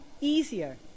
easier